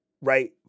right